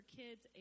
kids